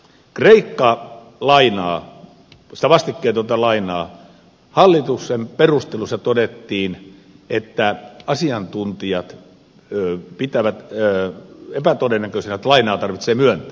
kreikka lainaa tusa vastikkeetonta todettava että hallituksen perusteluissa todettiin että asiantuntijat pitävät epätodennäköisenä että kreikka lainaa sitä vastikkeetonta lainaa tarvitsee myöntää